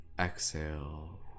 exhale